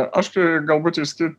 aš galbūt vis tik